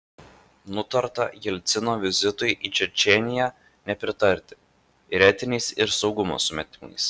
nutarta jelcino vizitui į čečėniją nepritarti ir etiniais ir saugumo sumetimais